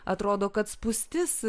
atrodo kad spūstis